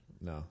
No